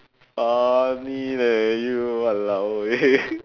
funny leh you !walao! eh